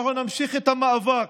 אנחנו נמשיך את המאבק,